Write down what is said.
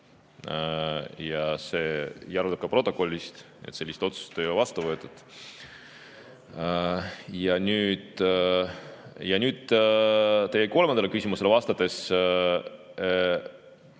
See järeldub ka protokollist, et sellist otsust ei ole vastu võetud. Ja nüüd teie kolmandale küsimusele vastates